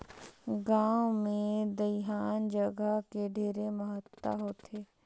गांव मे दइहान जघा के ढेरे महत्ता होथे